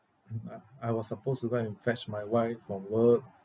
mm uh I was supposed to go and fetch my wife from work